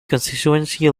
constituency